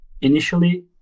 initially